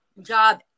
job